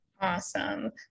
Awesome